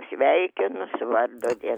sveikinu su vardo diena